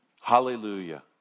Hallelujah